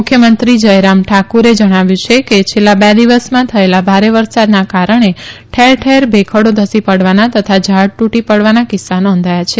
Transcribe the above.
મુખ્યમંત્રી જથરામ ઠાકુરે જણાવ્યું કે છેલ્લાં બે દિવસમાં થયેલા ભારે વરસાદના કારણે ઠેરઠેર ભેખડો ધસી પડવાના તથા ઝાડ તૂટી પડવાના કિસ્સા નોંધાયા છે